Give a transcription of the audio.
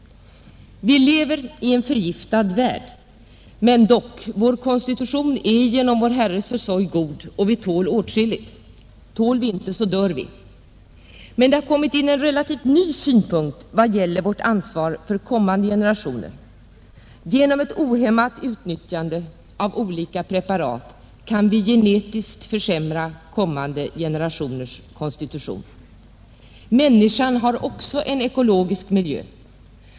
Vi lever i en förgiftad värld. Vår konstitution är dock genom vår Herres försorg god och vi tål åtskilligt. Tål vi inte, så dör vi. Men det har kommit in en relativt ny synpunkt i vad gäller vårt ansvar för kommande generationer. Genom ett ohämmat utnyttjande av olika preparat kan vi genetiskt försämra kommande generationers konstitution. Människan har också en ekologisk miljö.